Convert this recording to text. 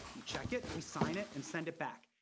we check it, we sign it, and send it back.